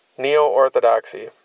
Neo-Orthodoxy